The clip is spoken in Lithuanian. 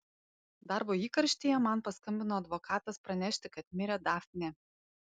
darbo įkarštyje man paskambino advokatas pranešti kad mirė dafnė